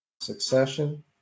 Succession